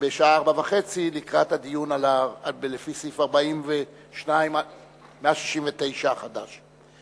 בשעה 16:30 לקראת הדיון לפי סעיף 42 169 החדש.